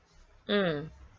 mm